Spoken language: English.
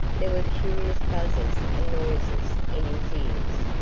there were curious buzzes and noises in his ears.